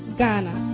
Ghana